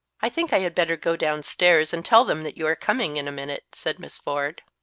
i think i had better go downstairs and tell them that you are coming in a minute said miss ford.